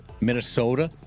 Minnesota